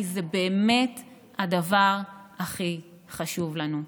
כי זה באמת הדבר הכי חשוב לנו.